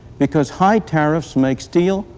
because high tariffs make steel,